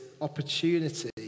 opportunity